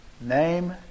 name